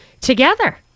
together